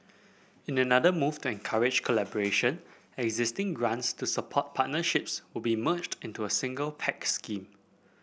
in another move to encourage collaboration existing grants to support partnerships will be merged into a single Pact scheme